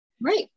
Right